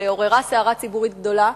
שעוררה סערה ציבורית גדולה,